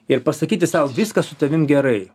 ir pasakyti sau viskas su tavim gerai